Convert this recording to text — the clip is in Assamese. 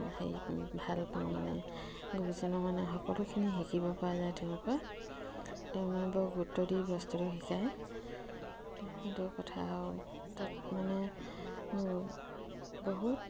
হেৰি ভাল পাওঁ মানে গুৰুজনৰ মানে সকলোখিনি শিকিব পৰা যায় তেওঁকৰ তেওঁ মানে বৰ গুৰুত্ব দি বস্তুটো শিকায় সেইটো কথা আৰু তাত মানে বহুত